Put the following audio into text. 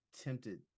tempted